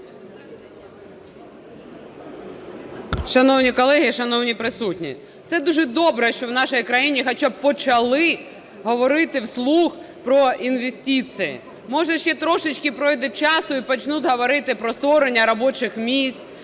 Шановні колеги, шановні присутні! Це дуже добре, що в нашій країні хоча б почали говорити вслух про інвестиції. Може, ще трошечки пройде часу і почнуть говорити про створення робочих місць,